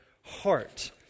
heart